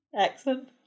Excellent